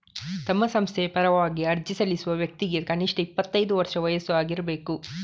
ತಮ್ಮ ಸಂಸ್ಥೆಯ ಪರವಾಗಿ ಅರ್ಜಿ ಸಲ್ಲಿಸುವ ವ್ಯಕ್ತಿಗೆ ಕನಿಷ್ಠ ಇಪ್ಪತ್ತೈದು ವರ್ಷ ವಯಸ್ಸು ಆಗಿರ್ಬೇಕು